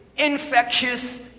infectious